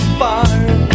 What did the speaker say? fire